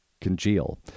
congeal